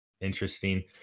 interesting